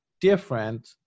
different